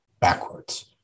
backwards